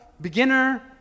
beginner